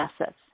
assets